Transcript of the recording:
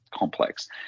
complex